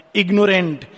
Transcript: ignorant